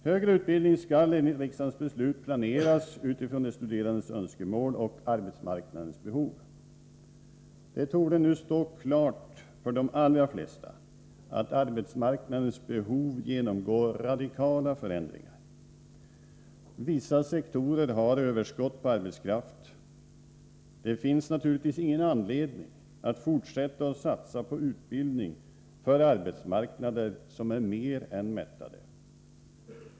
Högre utbildning skall enligt riksdagens beslut planeras utifrån de studerandes önskemål och arbetsmarknadens behov. Det torde nu stå klart för de allra flesta att arbetsmarknaden genomgår radikala förändringar när det gäller behov av arbetskraft. Vissa sektorer har överskott på arbetskraft. Det finns naturligtvis inte någon anledning att fortsätta att satsa på utbildning för arbetsmarknader som är mer än mättade.